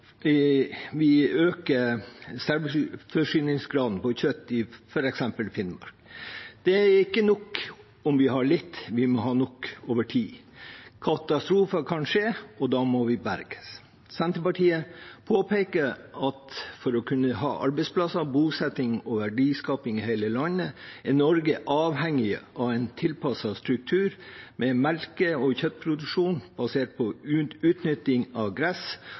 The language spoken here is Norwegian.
kjøtt i f.eks. Finnmark? Det er ikke nok om vi har litt, vi må ha nok over tid. Katastrofer kan skje, og da må vi berge. Senterpartiet påpeker at for å kunne ha arbeidsplasser, bosetting og verdiskaping i hele landet er Norge avhengig av en tilpasset struktur med melke- og kjøttproduksjon basert på utnytting av gress